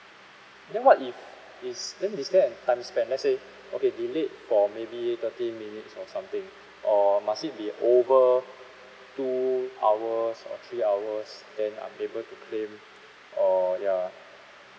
then what if it's then is there a time span let's say okay delayed for maybe thirty minutes or something or must it be over two hours or three hours then are we able to claim or ya